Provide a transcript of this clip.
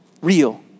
real